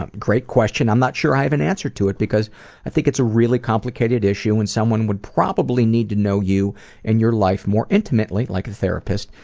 um great question. i'm not sure i have an answer to it because i think it's a really complicated issue and someone would probably need to know you and your life more intimately, like a therapist,